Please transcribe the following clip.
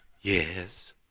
Yes